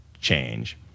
change